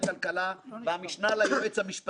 חברתי-חברתנו עורכת הדין אתי בנדלר,